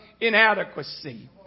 inadequacy